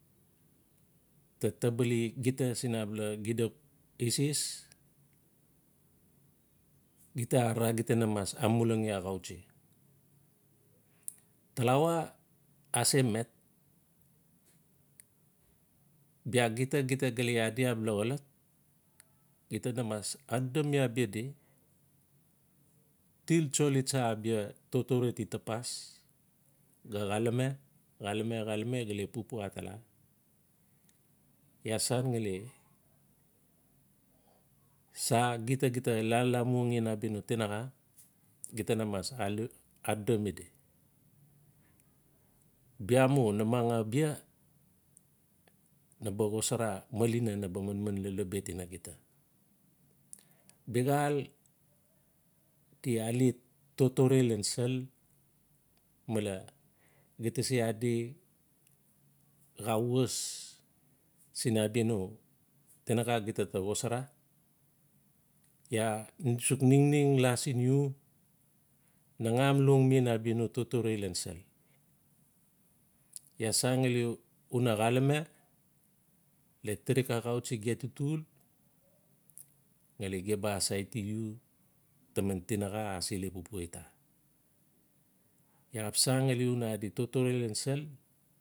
Ta ta bali gita siin abala xida eses, gita arara gita na mas amulang axautsi. Talawa ase met, bia gita-gita ga le adi abala xolot gita na mas adodomi abia di til tsoli tsa abla totore ti tapas, ga xalame-xalame-xalame gale pupua atala. Iaa sangali sa gita-gita la lamuangen abia no tinaxa, gita na mas adodomi di. Bia mu namang abia na ba xosara malina naba manman lolobet ina gita. Biaxaaldi alet totore lan sel male gita se adi xaa was sin abia no tinaxa gita ta xosara? Iaa suk ningting la sin iu nangam longmen abia no totore lan sel. Iaa san ngali una xalame, le tirik axautsi ge tatil ngali gem ba asaiti iu taman tinaxa ase le pupua ita. Iaa xap san ngali una adi to tore ian sel.